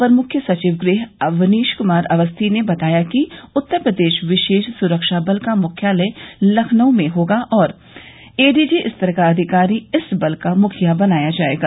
अपर मुख्य सचिव गृह अवनीश कुमार अवस्थी ने बताया कि उत्तर प्रदेश विशेष सुरक्षा बल का मुख्यालय लखनऊ में होगा और एडीजी स्तर का अधिकारी इस बल का मुखिया बनाया जायेगा